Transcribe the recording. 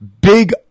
Big